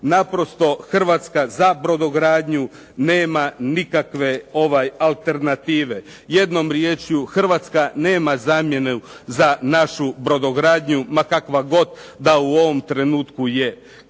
Naprosto Hrvatska za brodogradnju nema nikakve alternative. Jednom riječju Hrvatska nema zamjenu za našu brodogradnju, ma kakva god da u ovom trenutku je.